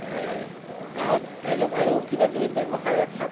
গাঁৱত ধৰি লওঁক আৰু কিবা কিবি ব্যৱসায় অৰ্থাৎ